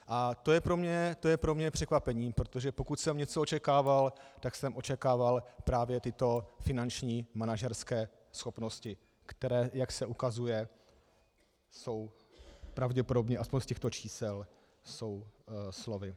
A to je pro mě překvapení, protože pokud jsem něco očekával, tak jsem očekával právě tyto finanční manažerské schopnosti, které, jak se ukazuje, jsou pravděpodobně, aspoň z těchto čísel, slovy.